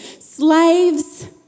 Slaves